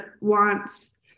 wants